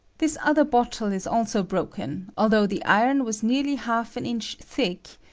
this other bottle is also broken although the iron was nearly half an inch thick,